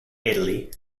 italy